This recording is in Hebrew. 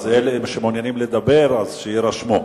אז אלה שמעוניינים לדבר, יירשמו.